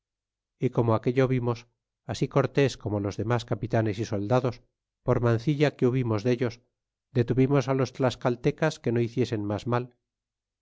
y como aquello vimos así cortes como los demas capitanes y soldados por mancilla que hubimos dellos detuvimos los tlascaltecas que no hiciesen mas mal